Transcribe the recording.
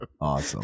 Awesome